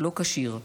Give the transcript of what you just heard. לא כשיר.